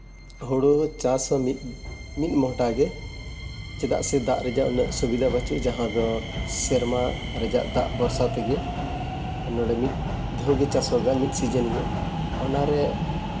ᱦᱩᱲᱩ ᱪᱟᱥ ᱦᱚᱸ ᱢᱤᱫ ᱢᱚᱦᱚᱱᱰᱟ ᱜᱮ ᱪᱮᱫᱟᱜ ᱥᱮ ᱫᱟᱜ ᱨᱮᱭᱟᱜ ᱩᱱᱟᱹᱜ ᱥᱩᱵᱤᱫᱷᱟ ᱵᱟᱹᱪᱩᱜ ᱡᱟᱦᱟᱸ ᱫᱚ ᱥᱮᱨᱢᱟ ᱨᱮᱭᱟᱜ ᱫᱟᱜ ᱵᱷᱚᱨᱥᱟ ᱛᱮᱜᱮ ᱱᱚᱸᱰᱮ ᱢᱤᱫ ᱫᱷᱟᱣᱜᱮ ᱪᱟᱥ ᱦᱩᱭᱩᱜᱼᱟ ᱢᱤᱫ ᱥᱤᱡᱮᱱ ᱜᱮ ᱚᱱᱟᱨᱮ